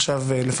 כן, כן, הוא צודק.